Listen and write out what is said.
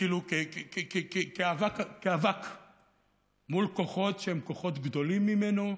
כאילו כאבק מול כוחות שהם כוחות גדולים ממנו,